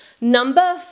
Number